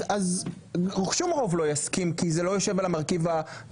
אז שום רב לא יסכים כי זה לא יושב על המרכיב הדמוקרטי.